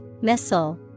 missile